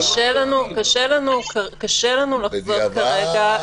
קשה לנו לחזות כרגע.